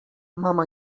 mama